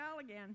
again